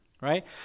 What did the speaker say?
right